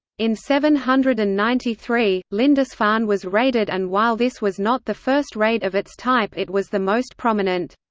in seven hundred and ninety three, lindisfarne was raided and while this was not the first raid of its type it was the most prominent.